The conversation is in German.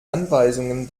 anweisungen